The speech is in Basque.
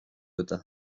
eta